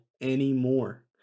anymore